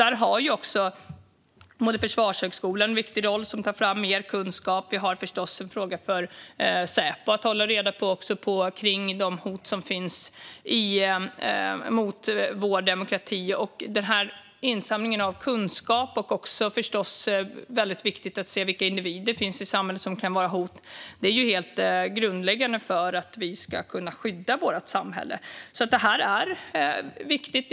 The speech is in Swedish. Där har Försvarshögskolan en viktig roll, som tar fram mer kunskap. Det är förstås också en fråga för Säpo att hålla reda på de hot som finns mot vår demokrati. I denna insamling av kunskap är det förstås också väldigt viktigt att se vilka individer det finns i samhället som kan utgöra hot. Det är helt grundläggande för att vi ska kunna skydda vårt samhälle. Det här är alltså viktigt.